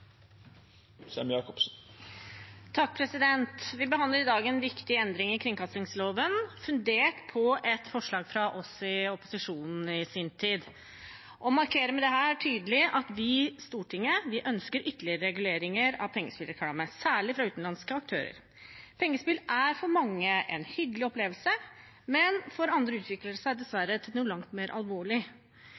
Vi behandler i dag en viktig endring i kringkastingsloven, fundert på et forslag fra oss i opposisjonen i sin tid, og markerer med dette tydelig at vi, Stortinget, ønsker ytterligere reguleringer av pengespillreklame, særlig fra utenlandske aktører. Pengespill er for mange en hyggelig opplevelse, men for andre utvikler det seg dessverre til noe langt mer alvorlig.